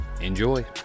Enjoy